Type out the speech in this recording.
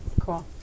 Cool